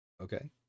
Okay